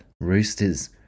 Roosters